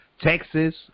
Texas